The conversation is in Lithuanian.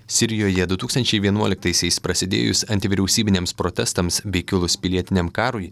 sirijojedu tūkstančiai vienuoliktaisiais prasidėjus antivyriausybiniams protestams bei kilus pilietiniam karui